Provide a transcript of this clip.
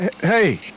Hey